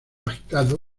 agitado